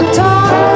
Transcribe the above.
talk